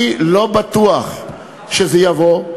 אני לא בטוח שזה יבוא,